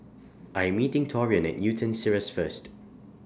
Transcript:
I Am meeting Taurean At Newton Cirus First